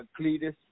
Cletus